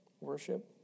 Worship